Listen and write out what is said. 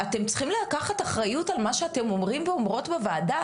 אתם צריכים לקחת אחריות על מה שאתם אומרים ואומרות בוועדה,